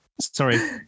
Sorry